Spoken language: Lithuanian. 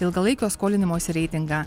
ilgalaikio skolinimosi reitingą